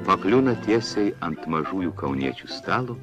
pakliūna tiesiai ant mažųjų kauniečių stalo